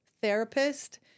therapist